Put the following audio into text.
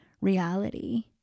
reality